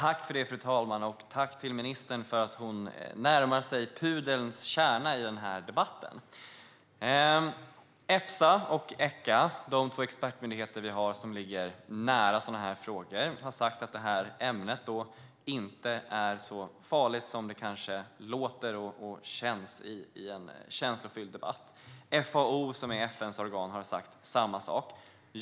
Fru talman! Jag tackar ministern för att hon närmar sig pudelns kärna i denna debatt. Efsa och Echa, de två expertmyndigheter vi har som ligger nära sådana här frågor, har sagt att ämnet inte är så farligt som det kanske låter och känns i en känslofylld debatt. FAO, som är FN:s organ, har sagt samma sak.